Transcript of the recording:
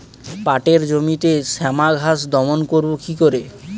পাটের জমিতে শ্যামা ঘাস দমন করবো কি করে?